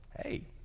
Hey